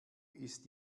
ist